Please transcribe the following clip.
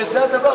שזה הדבר.